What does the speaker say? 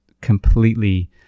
completely